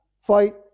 Fight